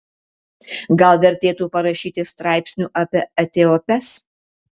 gal vertėtų parašyti straipsnių apie etiopes